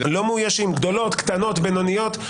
קטנות, בינוניות.